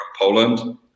Poland